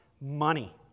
money